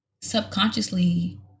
subconsciously